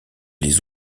les